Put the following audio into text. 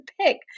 pick